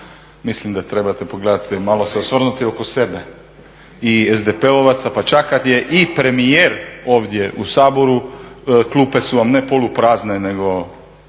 Mislim da trebate pogledati i malo se osvrnuti oko sebe, i SDP-ovaca pa čak kad je i premijer ovdje u Saboru klupe su vam ne polu prazne nego